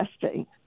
testing